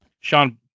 Sean